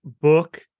book